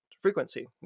frequency